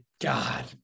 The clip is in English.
God